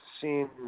seen